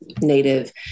Native